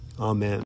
Amen